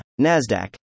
NASDAQ